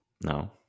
No